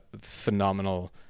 phenomenal